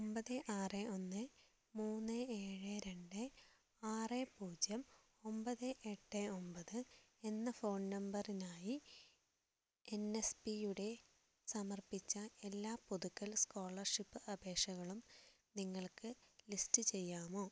ഒമ്പത് ആറ് ഒന്ന് മൂന്ന് ഏഴ് രണ്ട് ആറ് പൂജ്യം ഒമ്പത് എട്ട് ഒമ്പത് എന്ന ഫോൺ നമ്പറിനായി എൻ എസ് പി യുടെ സമർപ്പിച്ച എല്ലാ പുതുക്കൽ സ്കോളർഷിപ്പ് അപേക്ഷകളും നിങ്ങൾക്ക് ലിസ്റ്റ് ചെയ്യാമോ